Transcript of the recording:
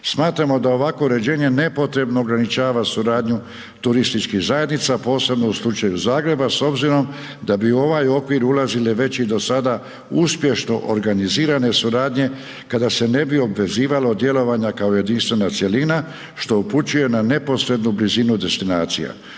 Smatramo da ovakvo uređenje nepotrebno ograničava suradnju turističkih zajednica, a posebno u slučaju Zagreba s obzirom da bi u ovaj okvir ulazili već i do sada uspješno organizirane suradnje kada se ne bi obvezivalo od djelovanja kao jedinstvena cjelina što upućuje na neposrednu blizinu destinacija.